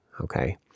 okay